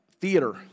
theater